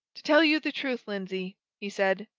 to tell you the truth, lindsey, he said,